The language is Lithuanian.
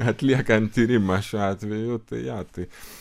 atliekant tyrimą šiuo atveju tai jo tai